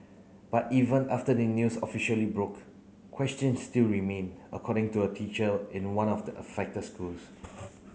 but even after the news officially broke questions still remain according to a teacher in one of the affected schools